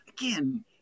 Again